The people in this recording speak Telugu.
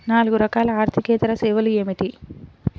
నాలుగు రకాల ఆర్థికేతర సేవలు ఏమిటీ?